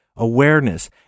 Awareness